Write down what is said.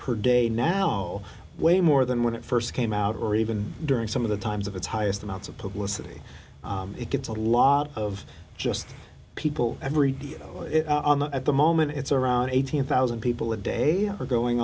per day now no way more than when it st came out or even during some of the times of its highest amounts of publicity it gets a lot of just people every day at the moment it's around eighteen thousand people a day are going